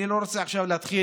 אני לא רוצה עכשיו להתחיל,